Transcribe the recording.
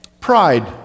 Pride